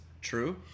true